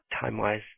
time-wise